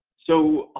so,